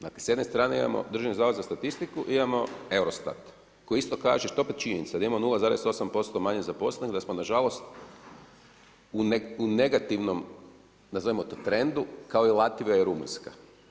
Dakle, s jedne strane imamo Državni zavod za statistiku, imamo EUROSTAT koji isto kaže, što je opet činjenica da imamo 0,8% manje zaposlenih da smo na žalost u negativnom nazovimo to trendu kao Latvija i Rumunjska.